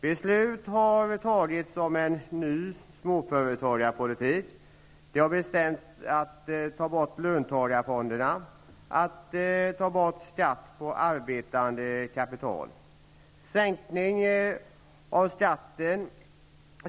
Beslut har fattats om en ny småföretagarpolitik. Det har bestämts att löntagarfonderna och även skatten på arbetande kapital skall tas bort.